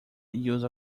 use